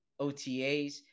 OTAs